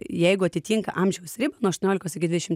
jeigu atitinka amžiaus ribą nuo aštuoniolikos iki dvidešimt